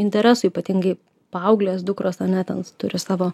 interesų ypatingai paauglės dukros ane ten turi savo